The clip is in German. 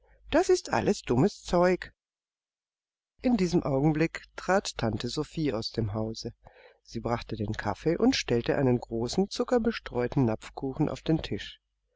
das ist alles dummes zeug in diesem augenblick trat tante sophie aus dem hause sie brachte den kaffee und stellte einen großen zuckerbestreuten napfkuchen auf den tisch